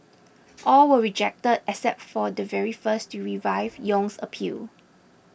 all were rejected except for the very first to revive Yong's appeal